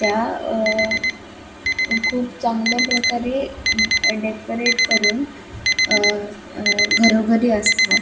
त्या खूप चांगल्या प्रकारे डेकोरेट करून घरोघरी असतात